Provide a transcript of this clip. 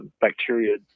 bacteria